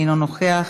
אינו נוכח,